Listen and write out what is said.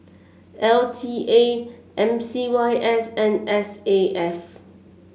L T A M C Y S and S A F